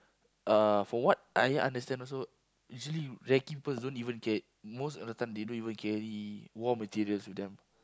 uh from what I understand also usually recce people don't even K most of the time they don't even carry war materials with them